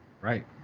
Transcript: right